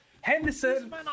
Henderson